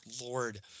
Lord